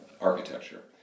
architecture